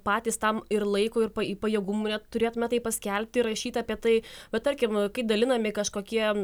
patys tam ir laiko ir pajėgumu net turėtume tai paskelbti ir rašyt apie tai bet tarkim kai dalinami kažkokie